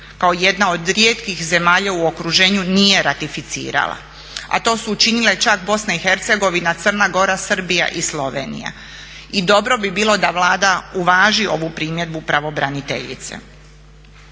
kao jedna od rijetkih zemalja u okruženju nije ratificirala a to su učinile čak Bosna i Hercegovina, Crna Gora, Srbija i Slovenija. I dobro bi bilo da Vlada uvaži ovu primjedbu pravobraniteljice.